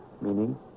meaning